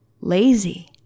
lazy